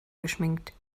geschminkt